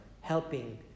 helping